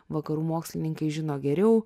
vakarų mokslininkai žino geriau